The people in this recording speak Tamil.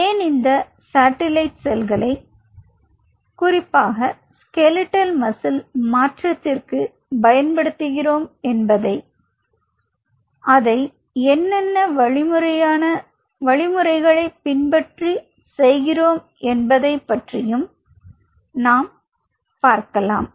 ஏன் இந்த சாட்டிலைட் செல்களை குறிப்பாக ஸ்கெலிடல் மசில் மாற்றத்திற்கு பயன்படுத்துகிறோம் என்பதையும் அதை என்னென்ன முறையான வழிமுறைகளை பின்பற்றி செய்கிறோம் என்பதைப் பற்றியும் நாம் பார்க்கலாம்